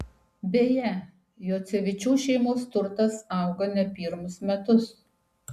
beje juocevičių šeimos turtas auga ne pirmus metus